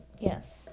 Yes